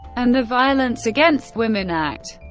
and the violence against women act.